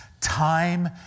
Time